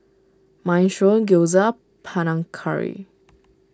Minestrone Gyoza Panang Curry